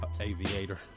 aviator